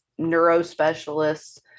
neurospecialists